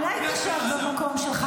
אולי תשב במקום שלך?